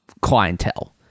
clientele